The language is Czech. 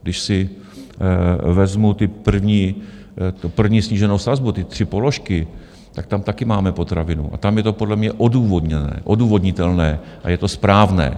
Když si vezmu tu první sníženou sazbu, ty tři položky, tak tam také máme potravinu a tam je to podle mě odůvodněné, odůvodnitelné a je to správné.